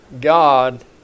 God